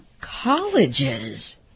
colleges